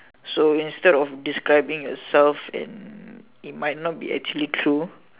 so instead of describing yourself and it might not be actually true